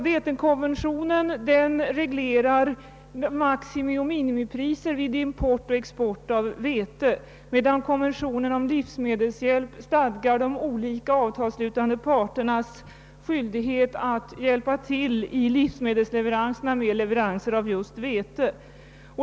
Vetekonventionen reglerar maximioch minimipriser vid import och export av vete, medan konventionen om livsmedelshjälp stadgar de olika avtalsslutande parternas skyldighet att hjälpa till med leveranser av just vete.